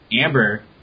Amber